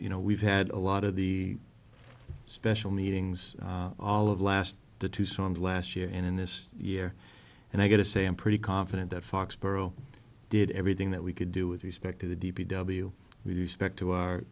you know we've had a lot of the special meetings all of last the two songs last year in this year and i got to say i'm pretty confident that foxboro did everything that we could do with respect to the d p w with respect to our